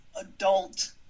adult